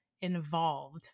involved